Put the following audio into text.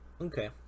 Okay